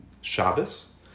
Shabbos